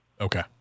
Okay